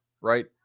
right